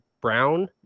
brown